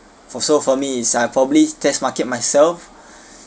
for so for me is I'll probably test market myself